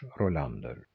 Rolander